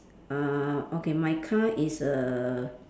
uh okay my car is a